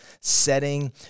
setting